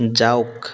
যাওক